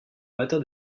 matière